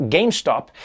GameStop